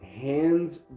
Hands